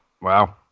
Wow